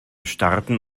starten